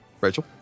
Rachel